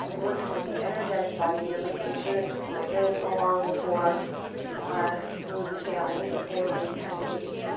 working with the energetic body here, making sure that it's along for our smooth sailing before we kind of just